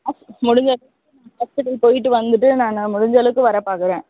முடிஞ்சளவுக்கு நான் ஹாஸ்பிட்டல் போய்ட்டு வந்துட்டு நான் முடிஞ்சளவுக்கு வர பார்க்குறேன்